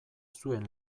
zuen